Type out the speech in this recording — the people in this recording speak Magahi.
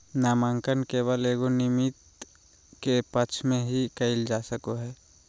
नामांकन केवल एगो नामिती के पक्ष में ही कइल जा सको हइ